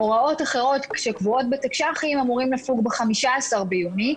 הוראות אחרות שקבועות בתקש"חים אמורות לפוג ב-15 ביוני,